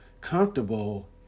comfortable